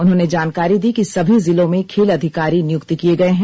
उन्होंने जानकारी दी कि सभी जिलों में खेल अधिकारी नियुक्त किए गए हैं